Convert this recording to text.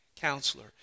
counselor